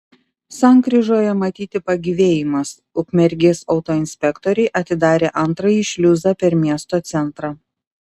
sankryžoje matyti pagyvėjimas ukmergės autoinspektoriai atidarė antrąjį šliuzą per miesto centrą